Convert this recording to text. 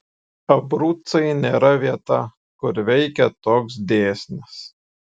abrucai nėra vieta kur veikia toks dėsnis